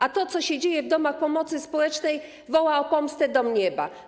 A to, co się dzieje w domach pomocy społecznej, woła o pomstę do nieba.